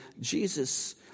Jesus